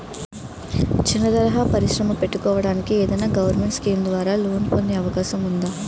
చిన్న తరహా పరిశ్రమ పెట్టుకోటానికి ఏదైనా గవర్నమెంట్ స్కీం ద్వారా లోన్ పొందే అవకాశం ఉందా?